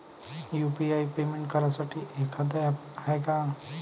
UPI payment करासाठी एखांद app हाय का?